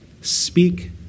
speak